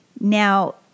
Now